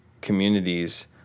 communities